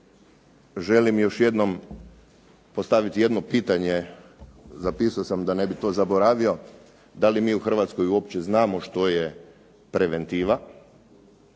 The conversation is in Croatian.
Želim još postaviti jedno pitanje. Zapisao sam da ne bih to zaboravio. Da li mi uopće u Hrvatskoj znamo što je preventiva?